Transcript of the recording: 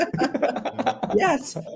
Yes